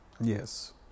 Yes